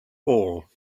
all